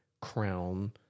crown